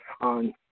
on